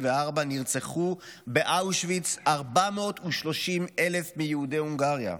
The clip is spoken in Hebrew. נרצחו באושוויץ 430,000 מיהודי הונגריה.